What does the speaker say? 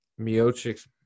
Miocic